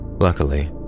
Luckily